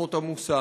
ופחות עמוסה.